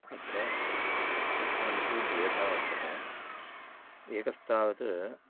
अत्र उत्तरं तु द्वेधा वर्तते एकस्तावत्